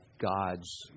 God's